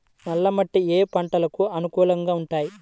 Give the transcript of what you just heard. నల్ల మట్టి ఏ ఏ పంటలకు అనుకూలంగా ఉంటాయి?